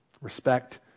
Respect